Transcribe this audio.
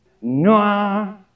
Noah